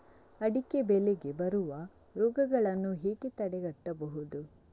ಅಡಿಕೆ ಬೆಳೆಗೆ ಬರುವ ರೋಗಗಳನ್ನು ಹೇಗೆ ತಡೆಗಟ್ಟಬಹುದು?